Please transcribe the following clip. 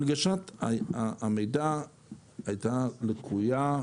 הנגשת המידע הייתה לקויה,